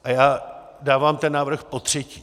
A já dávám ten návrh potřetí.